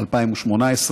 התשע"ט 2018,